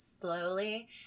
slowly